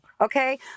Okay